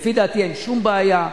לפי דעתי אין שום בעיה.